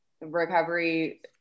recovery